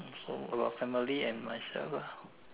so about family and myself lah